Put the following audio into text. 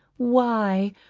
why,